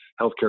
healthcare